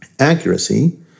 accuracy